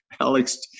Alex